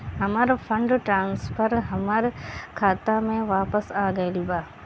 हमर fund transfer हमर खाता में वापस आ गईल बा